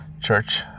Church